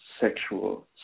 sexual